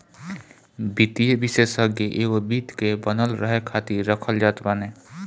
वित्तीय विषेशज्ञ एगो वित्त के बनल रहे खातिर रखल जात बाने